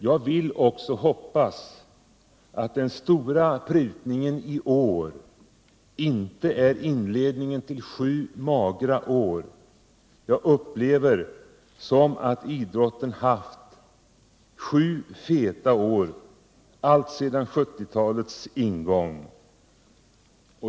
Jag vill också hoppas att den stora prutningen i år inte är inledningen till sju magra år — jag upplever att idrotten haft sju feta år, alltsedan 1970-talets ingång.